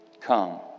come